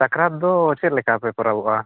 ᱥᱟᱠᱨᱟᱛ ᱫᱚ ᱪᱮᱫ ᱞᱮᱠᱟ ᱯᱮ ᱯᱚᱨᱚᱵᱚᱜᱼᱟ